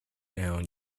down